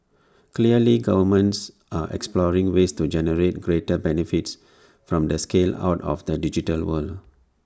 clearly governments are exploring ways to generate greater benefits from the scale out of the digital world